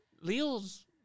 Leo's